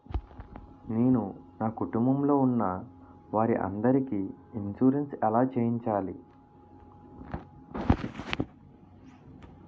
నేను నా కుటుంబం లొ ఉన్న వారి అందరికి ఇన్సురెన్స్ ఎలా చేయించాలి?